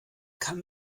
kann